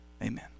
Amen